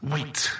Wait